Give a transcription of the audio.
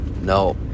no